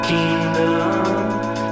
Kingdom